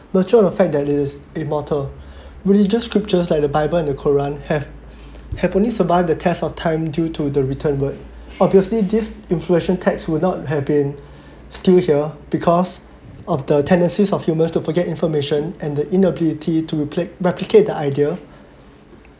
mutual effect that is immortal religious scriptures like the bible and the quran have have only survive the test of time due to the written word obviously this infliction text would not have been still here because of the tendencies of humours to forget information and the inability to replace replicate the idea